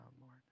Lord